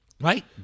Right